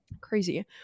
Crazy